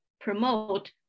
promote